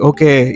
Okay